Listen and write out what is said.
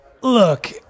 Look